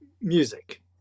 music